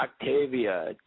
Octavia